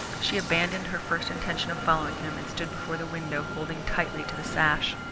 she abandoned her first intention of following him, and stood before the window, holding tightly to the sash.